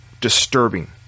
disturbing